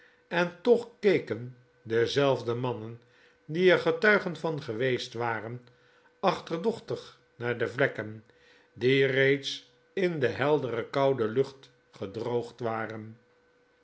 en toch keken dezelfde mannen die er getuigen van geweest waren achterdochtig naar de vlekken die reeds in de heldere koude lucht gedrobgd waren